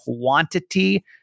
quantity